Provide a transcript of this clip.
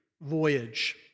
voyage